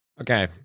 Okay